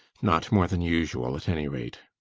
not more than usual at any rate.